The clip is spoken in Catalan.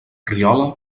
riola